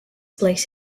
place